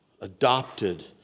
adopted